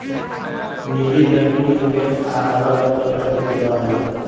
निजी बैंकिंग, निवेश आ अलग अलग तरह के सेवा होला